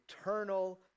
eternal